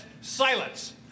silence